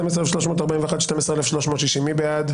12,281 עד 12,300, מי בעד?